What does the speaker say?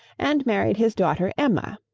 and married his daughter emma,